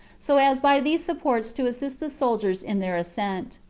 so as by these supports to assist the soldiers in their ascent.